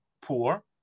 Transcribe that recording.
poor